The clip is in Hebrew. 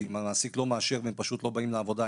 כי אם המעסיק לא מאשר והם פשוט לא באים לעבודה,